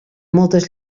moltes